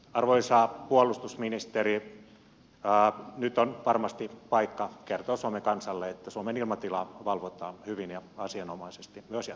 arvoisa puolustusministeri nyt on varmasti paikka kertoa suomen kansalle että suomen ilmatilaa valvotaan hyvin ja asianmukaisesti myös jatkossa